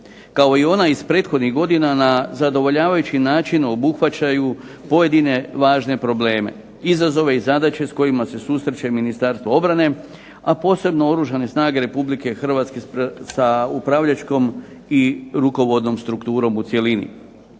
kao i ona iz prethodnih godina na zadovoljavajući način obuhvaćaju pojedine važne probleme, izazove i zadaće s kojima se susreće Ministarstvo obrane, a posebno oružane snage Republike Hrvatske sa upravljačkom i rukovodnom strukturom u cjelini.